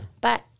But-